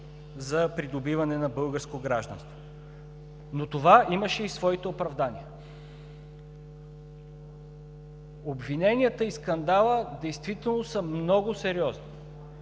за придобиване на българско гражданство, но това имаше и своите оправдания. Обвиненията и скандалът действително са много сериозни,